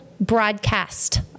broadcast